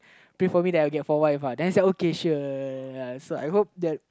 pray for me that I'll get four wife uh then I say okay sure so I hope that